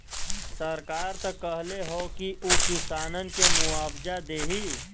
सरकार त कहले हौ की उ किसानन के मुआवजा देही